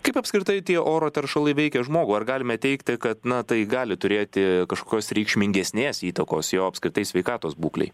kaip apskritai tie oro teršalai veikia žmogų ar galime teigti kad na tai gali turėti kažkokios reikšmingesnės įtakos jo apskritai sveikatos būklei